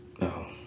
No